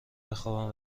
بخابم